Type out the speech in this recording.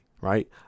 right